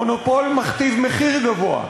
מונופול מכתיב מחיר גבוה.